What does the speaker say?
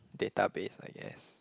database I guess